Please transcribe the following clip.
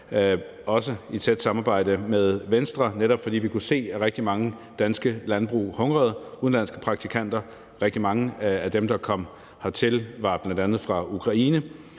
også i et tæt samarbejde med Venstre, netop fordi vi kunne se, at rigtig mange danske landbrug hungrede efter udenlandske praktikanter, og rigtig mange af dem, der kom hertil, var bl.a. fra Ukraine.